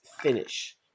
finish